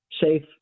safe